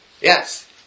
Yes